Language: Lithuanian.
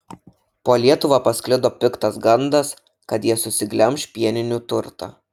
po lietuvą pasklido piktas gandas kad jie susiglemš pieninių turtą